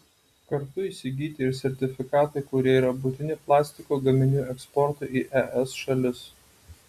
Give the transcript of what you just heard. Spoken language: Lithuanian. kartu įsigyti ir sertifikatai kurie yra būtini plastiko gaminių eksportui į es šalis